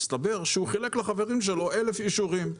מסתבר שהוא חילק לחברים שלו אלף אישורים.